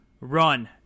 run